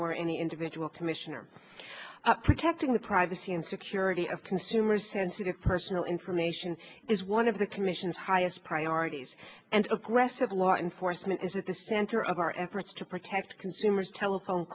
or any individual commissioner protecting the privacy and security of consumers sensitive personal information is one of the commission's highest priorities and aggressive law enforcement is at the center of our efforts to protect consumers telephone